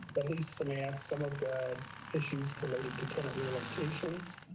but least finance, some of the issues related to tenant relocations.